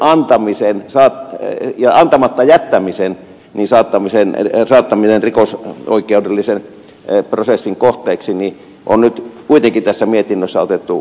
näiden rekisteritietojen antamisen ja antamatta jättämisen saattaminen rikosoikeudellisen prosessin kohteeksi on nyt kuitenkin tässä mietinnössä otettu esille